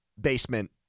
basement